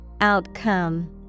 Outcome